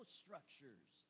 structures